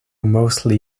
mostly